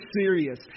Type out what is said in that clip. serious